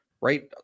right